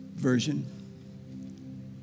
version